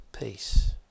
peace